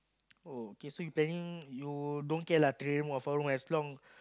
oh okay so you planing you don't care lah three room or four room as long